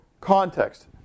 context